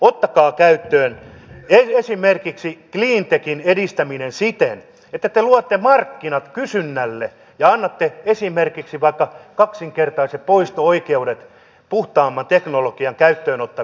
ottakaa käyttöön esimerkiksi cleantechin edistäminen siten että te luotte markkinat kysynnälle ja annatte esimerkiksi vaikka kaksinkertaiset poisto oikeudet puhtaamman teknologian käyttöön ottaville yrityksille